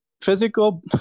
physical